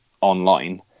online